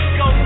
go